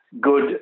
good